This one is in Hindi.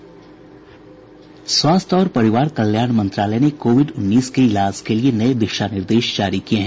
स्वास्थ्य और परिवार कल्याण मंत्रालय ने कोविड उन्नीस के इलाज के लिए नए दिशा निर्देश जारी किए हैं